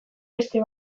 beste